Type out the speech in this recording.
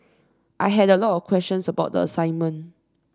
I had a lot of questions about the assignment